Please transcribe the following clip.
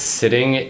sitting